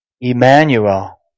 Emmanuel